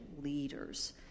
leaders